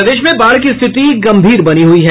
प्रदेश में बाढ़ की स्थिति गंभीर बनी हुई है